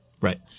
Right